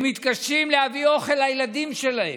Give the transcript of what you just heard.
הם מתקשים להביא אוכל לילדים שלהם,